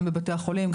גם בבתי החולים,